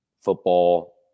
football